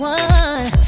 one